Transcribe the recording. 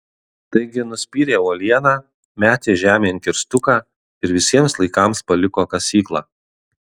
taigi nuspyrė uolieną metė žemėn kirstuką ir visiems laikams paliko kasyklą